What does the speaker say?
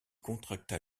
contracta